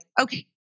okay